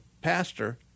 pastor